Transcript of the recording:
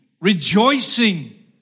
rejoicing